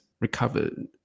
recovered